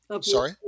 Sorry